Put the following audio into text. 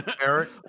Eric